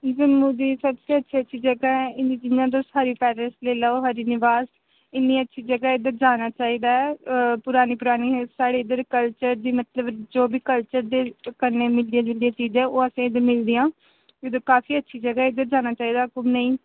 जम्मू दी सबसे अच्छी अच्छी जगह ऐ जियां इ'यां तुस हरी पैलेस लेई लैओ हरी निवास इन्नी अच्छी जगह ऐ इद्धर जाना चाहिदा ऐ पराने पराने साढ़े इद्धर कल्चर दी मतलब जो बी कल्चर दे कन्नै मिलदियां जुलदियां चीज़ां न ओह् असें इद्धर मिलदियां इद्धर काफी अच्छी जगह ऐ इद्धर जाना चाहृिदा घूमने ई